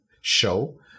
show